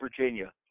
Virginia